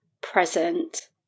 present